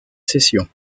session